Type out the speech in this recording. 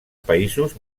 països